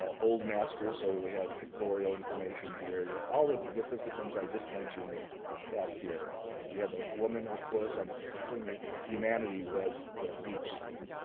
old masters, so we have pictorial information here, yeah all of the different things i just mentioned back here. you had the woman, ah of course, on the thing humanity was the beach scene.